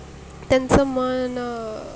त्यांचं मन